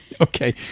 Okay